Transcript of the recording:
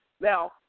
Now